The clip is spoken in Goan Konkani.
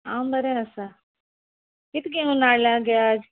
हांव बरें आसां कितें घेवन हाडल्या गे आज